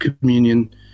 communion